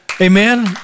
Amen